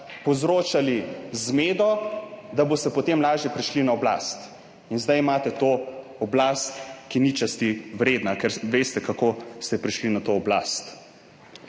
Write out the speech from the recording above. povzročali zmedo, boste potem lažje prišli na oblast. In zdaj imate to oblast, ki ni časti vredna, ker veste, kako ste prišli na to oblast.